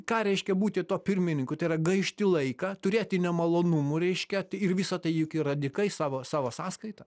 ką reiškia būti tuo pirmininku tai yra gaišti laiką turėti nemalonumų reiškia ir visa tai juk yra dykai savo savo sąskaita